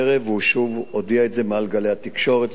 והוא שוב הודיע את זה בתקשורת לכולם.